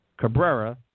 Cabrera